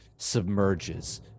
submerges